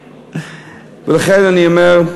ולכן אני אומר: